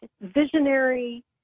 visionary